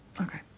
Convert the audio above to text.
Okay